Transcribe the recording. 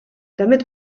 damit